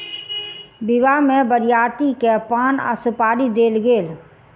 विवाह में बरियाती के पान आ सुपारी देल गेल